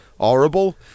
horrible